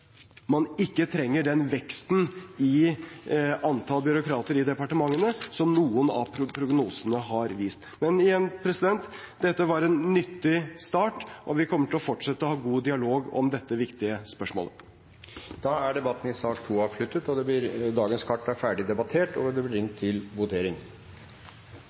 man ikke trenger den veksten i antall byråkrater i departementene som noen av prognosene har vist. Men igjen, dette var en nyttig start, og vi kommer til å fortsette å ha god dialog om dette viktige spørsmålet. Debatten i sak nr. 2 er dermed omme. Da er Stortinget klar til å gå til votering. Selv om det bare er